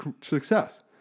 success